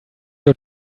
your